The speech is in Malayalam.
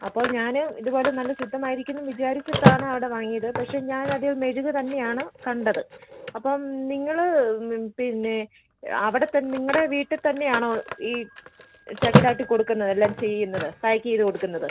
അപ്പോൾ ഞാൻ ഇത് പോലെ നല്ല ശുദ്ധമായിരിക്കും എന്ന് വിചാരിച്ചിട്ടാണ് അവിടെ വാങ്ങിയത് പക്ഷെ ഞാൻ അതിൽ മെഴുക് തന്നെ ആണ് കണ്ടത് അപ്പം നിങ്ങൾ പിന്നെ അവിടെ തന്നെ നിങ്ങളുടെ വീട്ടിൽ തന്നെ ആണോ ഈ ചക്കിൽ ആട്ടി കൊടുക്കുന്നത് എല്ലാം ചെയ്യുന്നത് പാക്ക് ചെയ്ത് കൊടുക്കുന്നത്